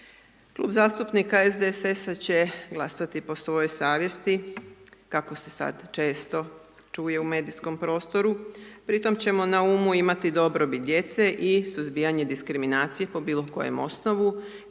Klub zastupnika SDSS-a će glasati po svojoj savjesti kako se sad često čuje u medijskom prostoru, pri tom ćemo na umu imati dobrobit djece i suzbijanje diskriminacije po bilo kojem osnovu